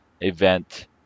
event